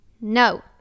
No